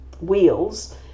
wheels